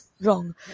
wrong